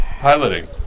Piloting